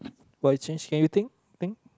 what change can you think think